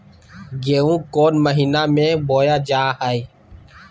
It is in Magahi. गेहूँ कौन महीना में बोया जा हाय?